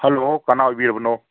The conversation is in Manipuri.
ꯍꯜꯂꯣ ꯀꯅꯥ ꯑꯣꯏꯕꯤꯔꯕꯅꯣ